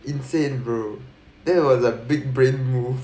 insane bro that was a big brain move